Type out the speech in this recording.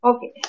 Okay